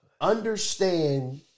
Understand